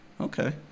okay